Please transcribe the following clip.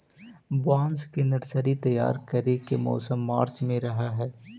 बांस के नर्सरी तैयार करे के मौसम मार्च में रहऽ हई